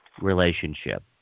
relationship